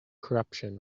corruption